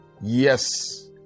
Yes